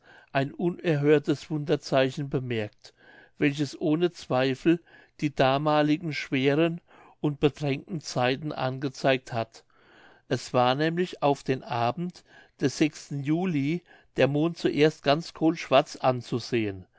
ein unerhörtes wunderzeichen bemerkt welches ohne zweifel die damaligen schweren und bedrängten zeiten angezeigt hat es war nämlich auf den abend des juli der mond zuerst ganz kohlschwarz anzusehen